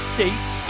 States